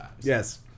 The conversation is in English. Yes